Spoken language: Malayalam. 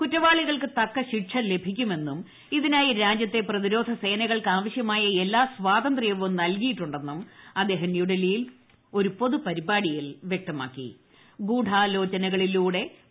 കുറ്റവാളികൾക്ക് തക്ക ശിക്ഷ ലഭിക്കുമെന്നും ഇതിനായി രാജ്യത്തെ പ്രതിരോധ സേനകൾക്ക് ആവശ്യമായ എല്ലാ സ്വാതന്ത്ര്യവും നൽകിയിട്ടുണ്ടെന്നും അദ്ദേഹം ന്യൂഡൽഹിയിൽ ഒരു പൊതുപരിപാടിയിൽ ഗൂഢാലോചനകളിലൂടെ വ്യക്തമാക്കി